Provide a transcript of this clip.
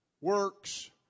works